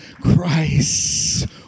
christ